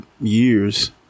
years